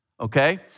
okay